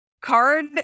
card